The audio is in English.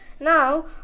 Now